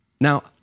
Now